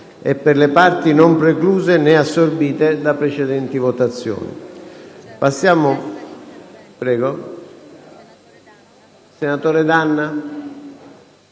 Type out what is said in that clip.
e per le parti non precluse né assorbite da precedenti votazioni.